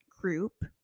group